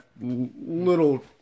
little